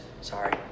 Sorry